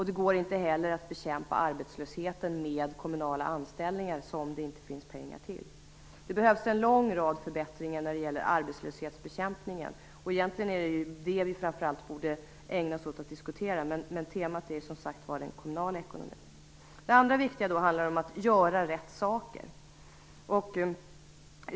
Det går inte heller att bekämpa arbetslösheten med kommunala anställningar som det inte finns pengar till. Det behövs en lång rad förbättringar när det gäller arbetslöshetsbekämpningen, och egentligen är det den vi borde ägna oss åt att diskutera, men temat är som sagt var den kommunala ekonomin. Det andra viktiga handlar om att göra rätt saker.